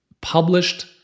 published